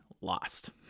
lost